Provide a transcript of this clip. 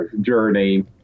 journey